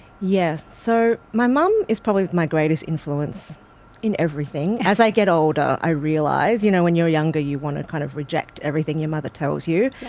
yeah so my mom is probably my greatest influence in everything. as i get older, i realize this. you know when you're younger you want to kind of reject everything your mother tells you,